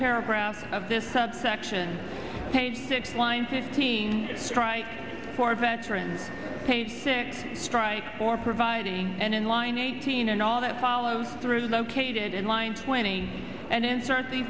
paragraphs of this subsection paid six line to strike for veterans paid sick strike for providing and in line eighteen and all that follow through located in line twenty and insert the